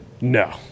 No